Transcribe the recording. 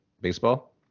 baseball